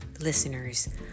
listeners